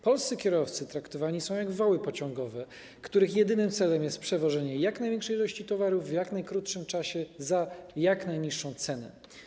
Polscy kierowcy traktowani są jak woły pociągowe, których jedynym celem jest przewożenie jak największej ilości towarów w jak najkrótszym czasie za jak najniższą cenę.